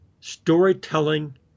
storytelling